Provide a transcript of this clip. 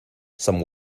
some